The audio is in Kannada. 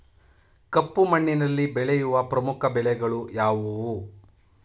ಕಪ್ಪು ಮಣ್ಣಿನಲ್ಲಿ ಬೆಳೆಯುವ ಪ್ರಮುಖ ಬೆಳೆಗಳು ಯಾವುವು?